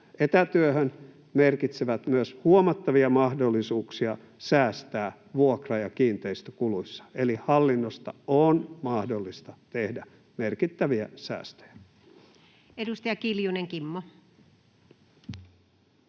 etätyöhön merkitsevät myös huomattavia mahdollisuuksia säästää vuokra- ja kiinteistökuluissa, eli hallinnosta on mahdollista tehdä merkittäviä säästöjä. Edustaja Kiljunen, Kimmo.